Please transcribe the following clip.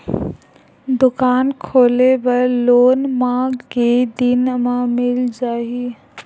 दुकान खोले बर लोन मा के दिन मा मिल जाही?